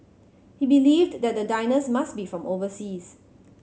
he believed that the diners must be from overseas